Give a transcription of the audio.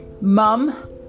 mum